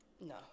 no